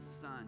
Son